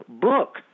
book